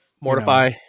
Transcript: Mortify